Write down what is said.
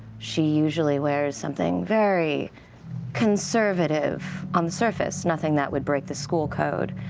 she usually wears something very conservative, on the surface, nothing that would break the school code,